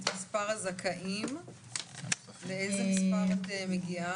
אם את סוכמת את מספר הזכאים לאיזה מספר את מגיעה,